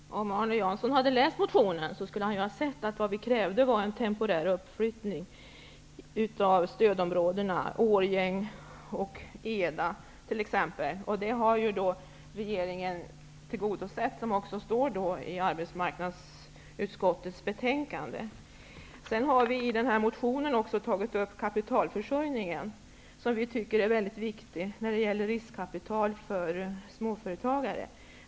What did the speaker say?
Herr talman! Om Arne Jansson hade läst motionen, skulle han ha sett att det som vi krävde var en temporär uppflyttning av t.ex. stödområdena Årjäng och Eda. Det har regeringen tillgodosett, vilket står i arbetsmarknadsutskottets betänkande. Vi har i denna motion även tagit upp kapitalförsörjningen, som vi tycker är mycket viktig när det gäller riskkapital för småföretagare.